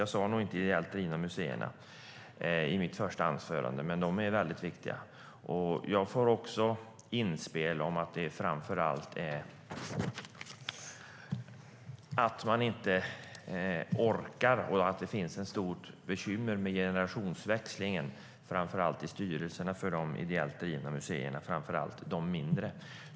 Jag nämnde nog inte de ideellt drivna museerna i mitt första anförande, men de är väldigt viktiga. Jag får också inspel om att det framför allt är så att man inte orkar och att det finns ett stort bekymmer med generationsväxlingen, framför allt i styrelserna för de ideellt drivna museerna, framför allt de mindre.